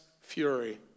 fury